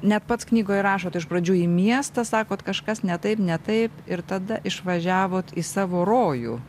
net pats knygoje rašot iš pradžių į miestą sakot kažkas netaip netaip ir tada išvažiavot į savo rojų